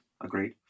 agreed